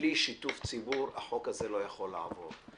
בלי שיתוף ציבור החוק הזה לא יכול לעבור.